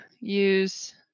use